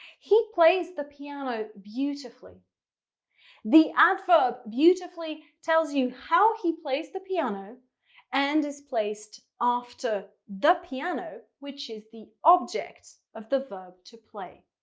he plays the piano beautifully the adverb beautifully tells you how he plays the piano and is placed after the piano which is the object of the verb to play.